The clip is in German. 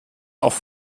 auf